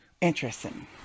Interesting